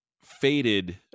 faded